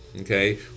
okay